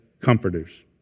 comforters